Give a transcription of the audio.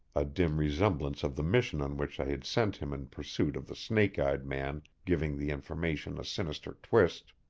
a dim remembrance of the mission on which i had sent him in pursuit of the snake-eyed man giving the information a sinister twist.